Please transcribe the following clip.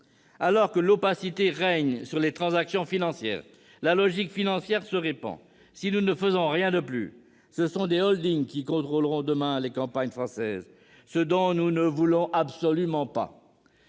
Alors que l'opacité règne sur les transactions foncières, la logique financière se répand. Si nous ne faisons rien de plus, ce sont des qui contrôleront demain les campagnes françaises. Nous ne le voulons absolument pas